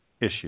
issue